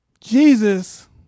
Jesus